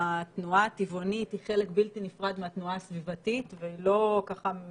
התנועה הטבעונית היא חלק בלתי נפרד מהתנועה הסביבתית ולא כאילו